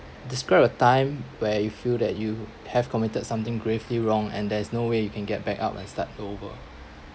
describe a time where you feel that you have committed something gravely wrong and there is no way you can get back up and start over